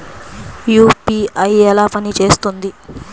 UPI ఎలా పనిచేస్తుంది?